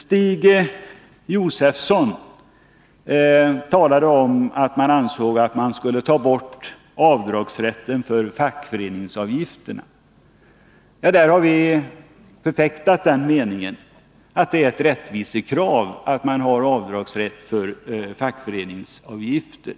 Stig Josefson talade om att man ansåg att rätten till avdrag för fackföreningsavgifter borde tas bort. Ja, vi har förfäktat den meningen att det är ett rättvisekrav att man har rätt till avdrag för fackföreningsavgifter.